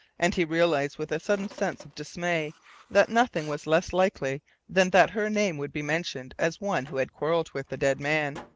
and he realised with a sudden sense of dismay that nothing was less unlikely than that her name would be mentioned as one who had quarrelled with the dead man.